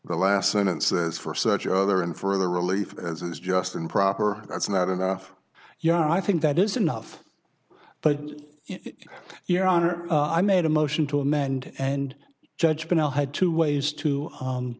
the last sentence says for such other and further relief as is just improper that's not enough your i think that is enough but your honor i made a motion to amend and judge panel had two ways to